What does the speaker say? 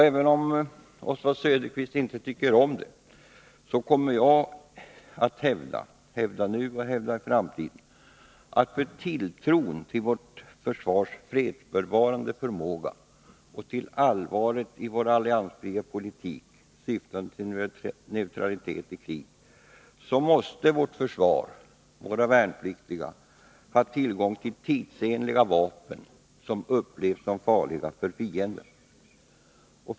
Även om Oswald Söderqvist inte tycker om det kommer jag att hävda — nu och i framtiden — att för tilltron till vårt försvars fredsbevarande förmåga och till allvaret i vår alliansfria politik, syftande till neutralitet i krig, måste vårt försvar och våra värnpliktiga ha tillgång till tidsenliga vapen som upplevs som farliga för fienden.